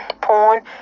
porn